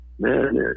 Man